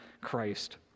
Christ